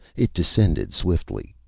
it descended swiftly.